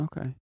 Okay